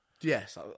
Yes